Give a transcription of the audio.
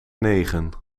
negen